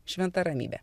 šventa ramybė